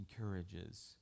encourages